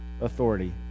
authority